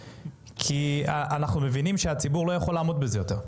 כי אנחנו מבינים שהציבור לא יכול לעמוד בזה יותר.